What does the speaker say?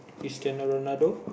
Cristiano-Ronaldo